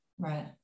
Right